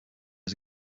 was